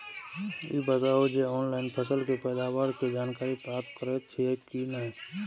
ई बताउ जे ऑनलाइन फसल के पैदावार के जानकारी प्राप्त करेत छिए की नेय?